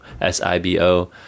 S-I-B-O